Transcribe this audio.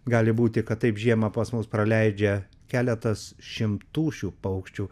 gali būti kad taip žiemą pas mus praleidžia keletas šimtų šių paukščių